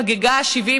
חגגה 70,